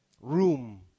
room